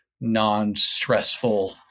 non-stressful